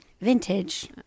Vintage